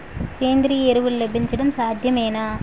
సేంద్రీయ ఎరువులు లభించడం సాధ్యమేనా?